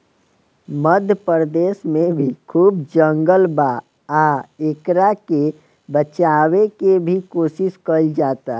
मध्य प्रदेश में भी खूब जंगल बा आ एकरा के बचावे के भी कोशिश कईल जाता